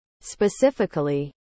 Specifically